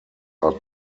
are